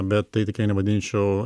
bet tai tikrai nevadinčiau